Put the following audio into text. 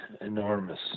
enormous